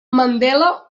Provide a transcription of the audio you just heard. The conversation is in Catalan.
mandela